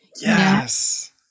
Yes